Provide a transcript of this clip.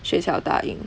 学校打印